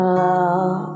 love